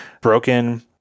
broken